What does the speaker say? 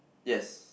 yes